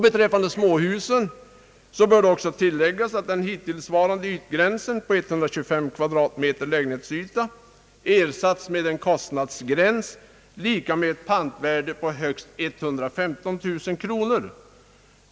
Beträffande småhusen bör också tilläggas att den hittillsvarande ytgränsen på 125 kvadratmeter lägenhetsyta ersatts med en kostnadsgräns lika med ett pantvärde på högst 115000 kronor.